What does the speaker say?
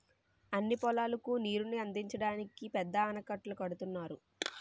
అన్ని పొలాలకు నీరుని అందించడానికి పెద్ద ఆనకట్టలు కడుతున్నారు